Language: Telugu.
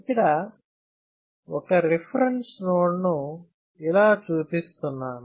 ఇక్కడ ఒక రిఫరెన్స్ నోడ్ ను ఇలా చూపిస్తున్నాను